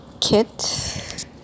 kit